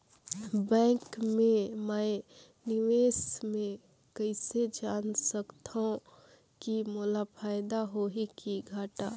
Bank मे मैं निवेश मे कइसे जान सकथव कि मोला फायदा होही कि घाटा?